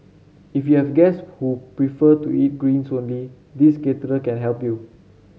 if you have guests who prefer to eat greens only this caterer can help you